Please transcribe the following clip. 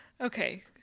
okay